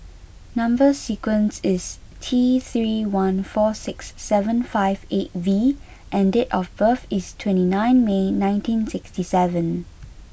number sequence is T three one four six seven five eight V and date of birth is twenty nine May nineteen sixty seven